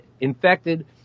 infected